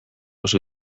oso